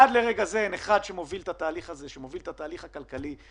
עד לרגע זה אין אחד שמוביל את התהליך הכלכלי הזה.